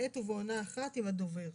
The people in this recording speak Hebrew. בעת ובעונה אחת עם הדובר".